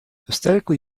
aesthetically